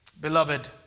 Beloved